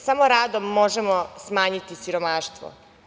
Samo radom možemo smanjiti siromaštvo.